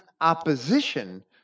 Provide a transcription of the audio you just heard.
opposition